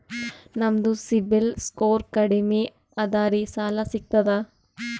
ನಮ್ದು CIBIL score ಕಡಿಮಿ ಅದರಿ ಸಾಲಾ ಸಿಗ್ತದ?